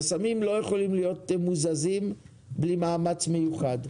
חסמים לא יכולים להיות מוזזים בלי מאמץ מיוחד.